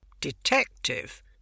Detective